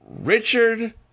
Richard